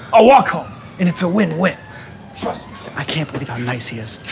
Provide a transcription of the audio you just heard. i'll walk home and it's a win-win trust i can't believe how nice he is